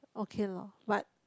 okay loh but